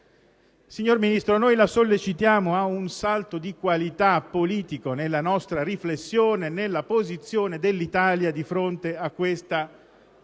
Signor Ministro, noi la sollecitiamo ad un salto di qualità politica nella nostra riflessione, nella posizione dell'Italia di fronte a questa fase